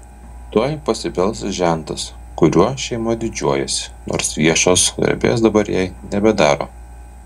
tuoj pasibels žentas kuriuo šeima didžiuojasi nors viešos garbės dabar jai nebedaro